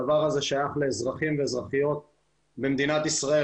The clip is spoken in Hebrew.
הדבר הזה שייך לאזרחים ואזרחיות במדינת ישראל.